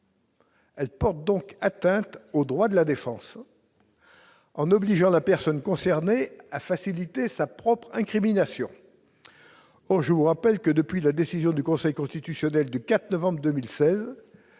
Elle porte donc atteinte aux droits de la défense. En obligeant la personne concernée a facilité sa propre incrimination, or je vous rappelle que depuis la décision du Conseil constitutionnel du 4 novembre 2016